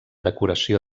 decoració